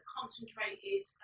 concentrated